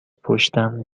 پشتم